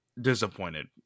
disappointed